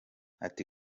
ati